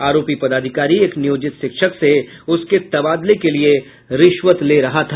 आरोपी पदाधिकारी एक नियोजित शिक्षक से उसके तबादले के लिये रिश्वत ले रहा था